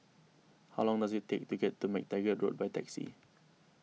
how long does it take to get to MacTaggart Road by taxi